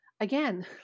Again